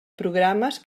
programes